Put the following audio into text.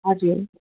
हजुर